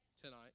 tonight